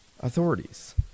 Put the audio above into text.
authorities